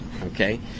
okay